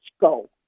go